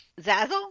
Zazzle